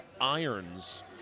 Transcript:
irons